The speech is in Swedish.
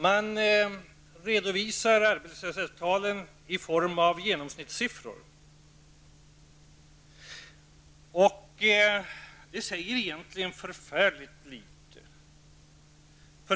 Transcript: Man redovisar arbetslöshetstal i form av genomsnittssiffror. Det säger egentligen förfärligt litet.